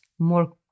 More